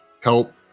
help